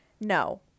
No